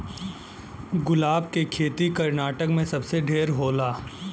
गुलाब के खेती कर्नाटक में सबसे ढेर होला